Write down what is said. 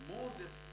Moses